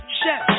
chef